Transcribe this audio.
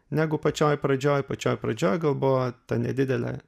negu pačioj pradžioj pačioj pradžioj gal buvo ta nedidelė